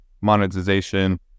monetization